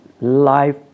life